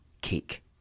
cake